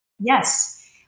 Yes